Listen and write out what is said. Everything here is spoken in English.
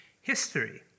history